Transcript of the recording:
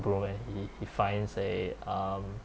broom and he he finds a um